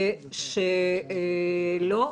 שלא,